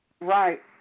Right